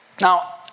Now